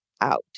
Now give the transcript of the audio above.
out